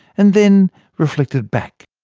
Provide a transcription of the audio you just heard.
and then reflected back.